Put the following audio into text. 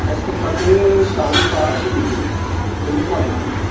এক টকাতে চাউল পায় তিনি কিলো তেনেকুৱা ধৰণৰ